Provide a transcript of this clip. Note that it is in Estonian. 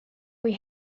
kui